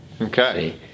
Okay